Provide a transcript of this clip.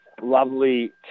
lovely